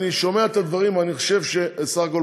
אני שומע את הדברים ואני חושב שבסך הכול